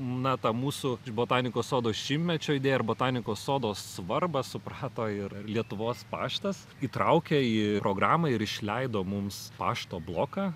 na ta mūsų botanikos sodo šimtmečio idėją ir botanikos sodo svarbą suprato ir lietuvos paštas įtraukė į programą ir išleido mums pašto bloką